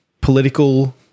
political